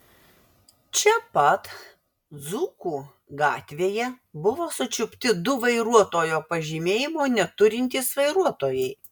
čia pat dzūkų gatvėje buvo sučiupti du vairuotojo pažymėjimo neturintys vairuotojai